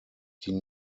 die